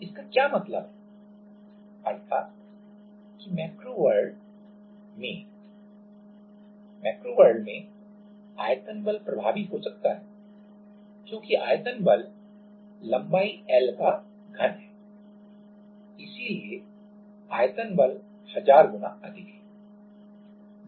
तो इसका क्या मतलब है अर्थात कि मैक्रो वर्ल्ड में मैक्रो वर्ल्ड में आयतन बल प्रभावी हो सकता है क्योंकि आयतन बल L लंबाई का घन है इसलिए आयतन बल हजार गुना अधिक है